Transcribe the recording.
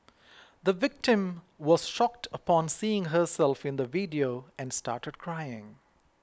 the victim was shocked upon seeing herself in the video and started crying